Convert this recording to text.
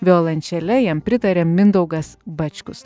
violončele jam pritarė mindaugas bačkus